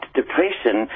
depression